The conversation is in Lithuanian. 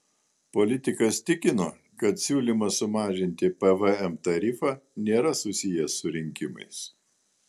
politikas tikino kad siūlymas sumažinti pvm tarifą nėra susijęs su rinkimais